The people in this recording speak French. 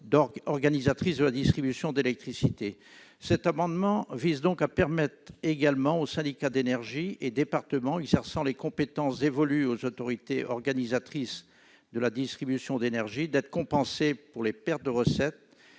organisatrice de la distribution d'électricité, ou AODE. Cet amendement vise donc à permettre également aux syndicats d'énergie et aux départements exerçant les compétences dévolues aux autorités organisatrices de la distribution d'énergie de percevoir une compensation pour les pertes de recettes